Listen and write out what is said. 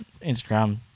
Instagram